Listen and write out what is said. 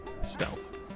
stealth